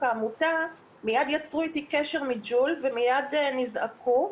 של העמותה מיד יצרו איתי קשר מג'ול ומיד נזעקו.